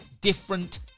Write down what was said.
different